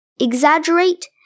exaggerate